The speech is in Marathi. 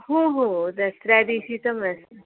हो हो दसऱ्या दिवशीचं मस